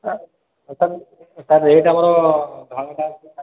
ତା ତଥାପି ତା ରେଟ୍ ଅମର ଧଳାଟା